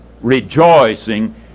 rejoicing